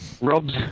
Rob's